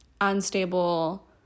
unstable